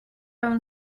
own